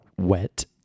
wet